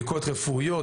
בדיקות רפואיות,